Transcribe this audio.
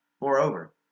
Moreover